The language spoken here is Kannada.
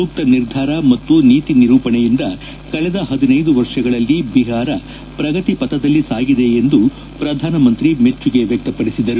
ಸೂಕ್ತ ನಿರ್ಧಾರ ಮತ್ತು ನೀತಿ ನಿರೂಪಣೆಯಿಂದ ಕಳೆದ ಹದಿನೈದು ವರ್ಷಗಳಲ್ಲಿ ಬಿಹಾರ ಪ್ರಗತಿಪಥದಲ್ಲಿ ಸಾಗಿದೆ ಎಂದು ಪ್ರಧಾನಮಂತ್ರಿ ಮೆಚ್ಚುಗೆ ವ್ನ ಕ್ತಪಡಿಸಿದರು